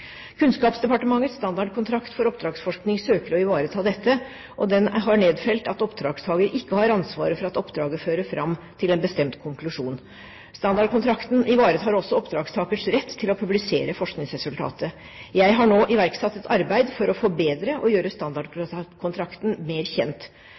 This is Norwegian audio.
Kunnskapsdepartementets standardkontrakt for oppdragsforskning søker å ivareta dette og har nedfelt at oppdragstaker ikke har ansvar for at oppdraget fører fram til en bestemt konklusjon. Standardkontrakten ivaretar også oppdragstakers rett til å publisere forskningsresultatet. Jeg har nå iverksatt et arbeid for å forbedre standardkontrakten og gjøre